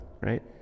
right